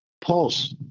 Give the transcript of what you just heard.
pulse